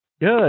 Good